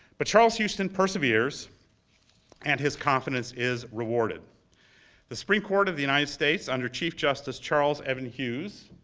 but charles houston perseveres and his confidence is rewarded the supreme court of the united states, under chief justice charles evan hughes,